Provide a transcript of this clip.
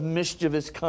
mischievous